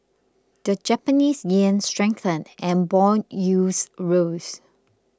the Japanese yen strengthened and bond yields rose